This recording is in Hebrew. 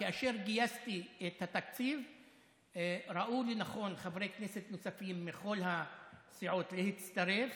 כאשר גייסתי את התקציב ראו לנכון חברי כנסת נוספים מכל הסיעות להצטרף.